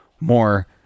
more